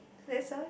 say some